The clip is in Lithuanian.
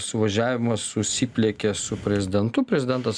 suvažiavimą susipliekė su prezidentu prezidentas